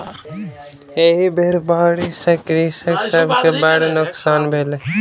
एहि बेर बाढ़ि सॅ कृषक सभ के बड़ नोकसान भेलै